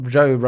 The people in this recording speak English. Joe